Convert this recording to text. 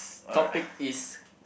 topic is